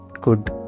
good